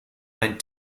ein